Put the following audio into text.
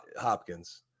Hopkins